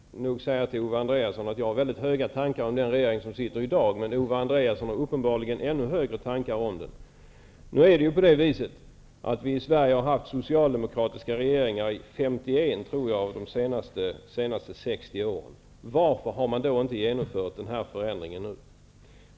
Herr talman! Jag kan nog säga till Owe Andréasson att jag har väldigt höga tankar om den regering som sitter i dag, men Owe Andréasson har uppenbarligen ännu högre tankar om den. Vi har i Sverige haft socialdemokratiska regeringar i 51 av de senaste 60 åren. Varför har man då inte genomfört denna förändring?